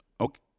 Okay